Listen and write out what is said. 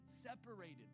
separated